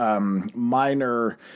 minor